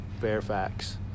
Fairfax